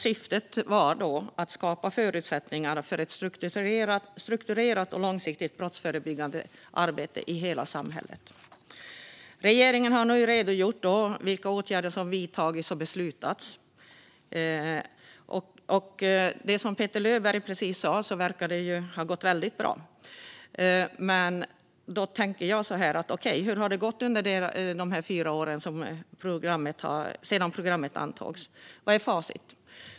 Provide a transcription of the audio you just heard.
Syftet var att skapa förutsättningar för ett strukturerat och långsiktigt brottsförebyggande arbete i hela samhället. Regeringen har nu redogjort för vilka åtgärder som har vidtagits och beslutats. Utifrån det som Petter Löberg precis sa verkar det ha gått väldigt bra, men hur har det gått under de fyra åren efter att programmet antogs? Vad är facit?